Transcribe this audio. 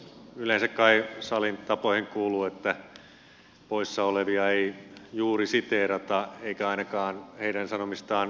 yleensä kai salin tapoihin kuuluu että poissaolevia ei juuri siteerata eikä ainakaan heidän sanomistaan vääristellä